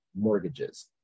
mortgages